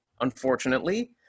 unfortunately